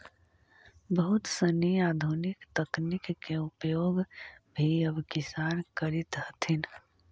बहुत सनी आधुनिक तकनीक के उपयोग भी अब किसान करित हथिन